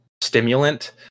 stimulant